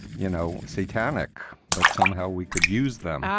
you know, satanic. but somehow we could use them.